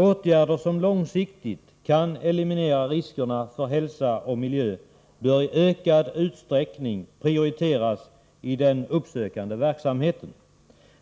Åtgärder som långsiktigt kan eliminera risker för hälsa och miljö bör i ökad utsträckning prioriteras i den uppsökande verksamheten.